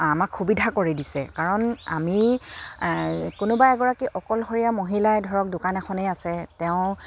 আমাক সুবিধা কৰি দিছে কাৰণ আমি কোনোবা এগৰাকী অকলশৰীয়া মহিলাই ধৰক দোকান এখনেই আছে তেওঁ